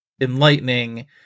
enlightening